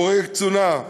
בוגרי קצונה,